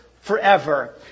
forever